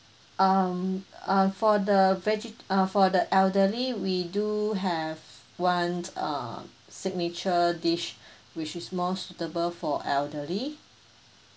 um uh for the veggi~ uh for the elderly we do have one err signature dish which is more suitable for elderly